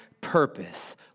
purpose